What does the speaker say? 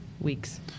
weeks